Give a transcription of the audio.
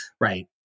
right